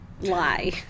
lie